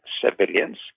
civilians